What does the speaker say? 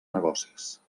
negocis